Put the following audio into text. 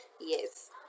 yes